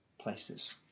places